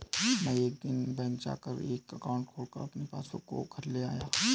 मै एक दिन बैंक जा कर एक एकाउंट खोलकर अपनी पासबुक को घर ले आया